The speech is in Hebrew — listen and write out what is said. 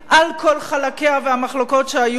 על כל חלקיה והמחלוקות שהיו בה.